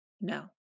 No